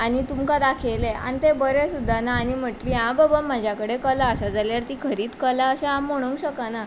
आनी तुमकां दाखयलें आनी तें बरें सुद्दां ना आनी म्हटलें आ बाबा म्हाज्या कडेन कला आसा जाल्यार ती खरीत कला आसा म्हणूंक शकना